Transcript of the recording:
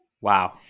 wow